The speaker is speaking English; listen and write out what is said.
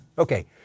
Okay